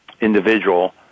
individual